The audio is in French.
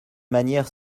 manière